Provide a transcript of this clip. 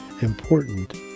important